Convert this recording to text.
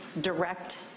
direct